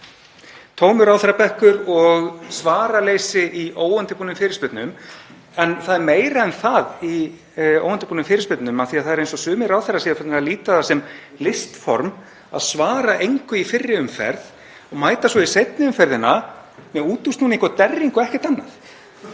Tómur ráðherrabekkur og svaraleysi í óundirbúnum fyrirspurnum — það er meira en það í óundirbúnum fyrirspurnum, það er eins og sumir ráðherrar séu farnir að líta á það sem listform að svara engu í fyrri umferð og mæta svo í seinni umferð með útúrsnúning og derring og ekkert annað,